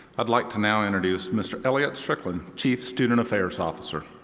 i'd like to now introduce mr. elliott strickland, chief student affairs officer.